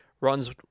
runs